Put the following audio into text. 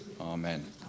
Amen